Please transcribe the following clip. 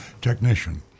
technician